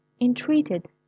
entreated